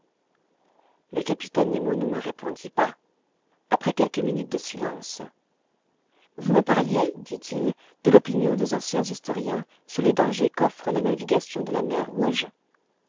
le capitaine nemo ne me répondit pas après quelques minutes de silence vous me parliez dit-il de l'opinion des anciens historiens sur les dangers qu'offre la navigation de la mer rouge